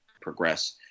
progress